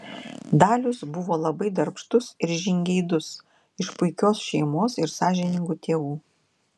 dalius buvo labai darbštus ir žingeidus iš puikios šeimos ir sąžiningų tėvų